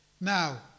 Now